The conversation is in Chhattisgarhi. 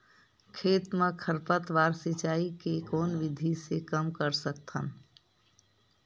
खेत म खरपतवार सिंचाई के कोन विधि से कम कर सकथन?